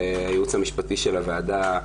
הייעוץ המשפטי של הוועדה,